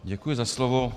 Děkuji za slovo.